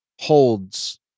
holds